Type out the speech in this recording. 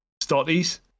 studies